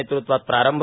नेत़त्वात प्रारंभ